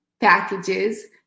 packages